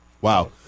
Wow